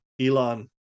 Elon